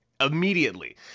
immediately